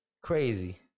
Crazy